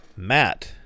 Matt